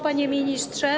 Panie Ministrze!